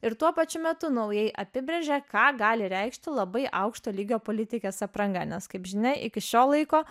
ir tuo pačiu metu naujai apibrėžia ką gali reikšti labai aukšto lygio politikės apranga nes kaip žinia iki šio laiko